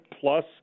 plus